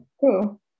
Cool